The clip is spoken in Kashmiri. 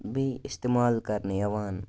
بیٚیہِ اِستِمال کَرنہٕ یِوان